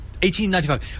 1895